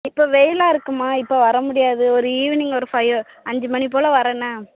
இப்போ வெயிலாக இருக்குதும்மா இப்போ வர முடியாது ஒரு ஈவினிங் ஒரு ஃபை அஞ்சு மணி போல் வர்றேன்ன